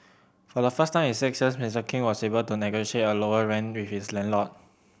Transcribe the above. for the first time in six years Mister King was able to negotiate a lower rent with his landlord